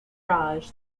raj